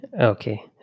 Okay